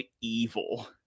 evil